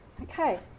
Okay